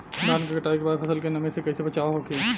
धान के कटाई के बाद फसल के नमी से कइसे बचाव होखि?